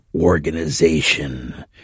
organization